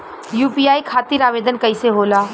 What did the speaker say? UPI खातिर आवेदन कैसे होला?